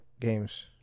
games